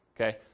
okay